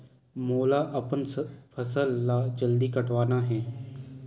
मोला अपन फसल ला जल्दी कटवाना हे?